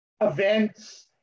events